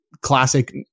classic